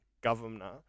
governor